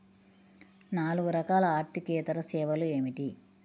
నాలుగు రకాల ఆర్థికేతర సేవలు ఏమిటీ?